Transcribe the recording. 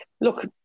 look